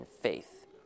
faith